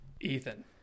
Ethan